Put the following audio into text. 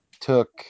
took